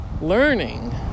learning